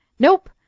nope!